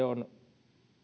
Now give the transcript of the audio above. on